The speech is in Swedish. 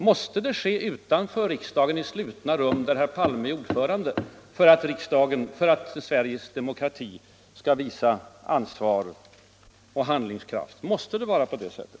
Måste det ske utanför riksdagen i slutna rum där herr Palme är ordförande, för att Sveriges demokrati skall visa ansvar och handlingskraft? Måste det vara på det sättet?